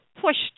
pushed